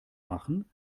machen